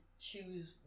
choose